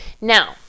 Now